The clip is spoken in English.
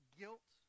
guilt